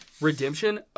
Redemption